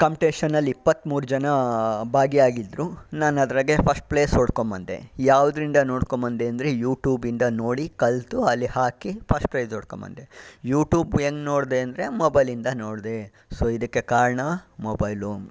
ಕಾಂಪಿಟೇಷನಲ್ಲಿ ಇಪ್ಪತ್ತ್ಮೂರು ಜನ ಭಾಗಿ ಆಗಿದ್ದರು ನಾನು ಅದ್ರಾಗೆ ಫರ್ಸ್ಟ್ ಪ್ಲೇಸ್ ಹೊಡ್ಕೊಂಡು ಬಂದೆ ಯಾವುದ್ರಿಂದ ನೋಡ್ಕೊಂಡು ಬಂದೆ ಅಂದರೆ ಯೂ ಟ್ಯೂಬಿಂದ ನೋಡಿ ಕಲಿತು ಅಲ್ಲಿ ಹಾಕಿ ಫಸ್ಟ್ ಪ್ರೈಜ್ ಹೊಡ್ಕೊಂಡು ಬಂದೆ ಯೂ ಟ್ಯೂಬ್ ಹೆಂಗೆ ನೋಡಿದೆ ಅಂದರೆ ಮೊಬೈಲಿಂದ ನೋಡಿದೆ ಸೊ ಇದಕ್ಕೆ ಕಾರಣ ಮೊಬೈಲು